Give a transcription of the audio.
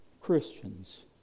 Christians